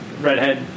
redhead